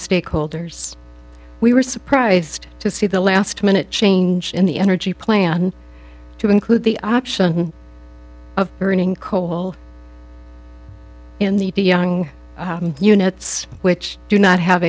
stakeholders we were surprised to see the last minute change in the energy plan to include the option of burning coal in the to young units which do not have